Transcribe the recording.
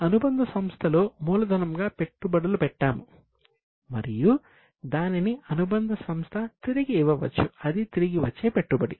అనుబంధ సంస్థల తిరిగి ఇవ్వవచ్చు అది తిరిగి వచ్చే పెట్టుబడి